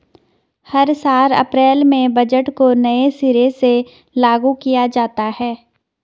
हर साल अप्रैल में बजट को नये सिरे से लागू किया जाता है